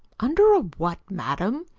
under a what, madam?